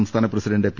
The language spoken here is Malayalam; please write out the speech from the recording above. സംസ്ഥാന പ്രസിഡന്റ് പി